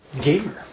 Gamer